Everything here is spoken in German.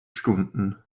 stunden